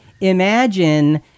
imagine